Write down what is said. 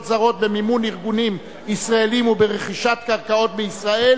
זרות במימון ארגונים ישראליים וברכישת קרקעות בישראל,